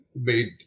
made